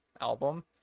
album